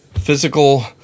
physical